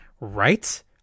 right